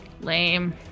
Lame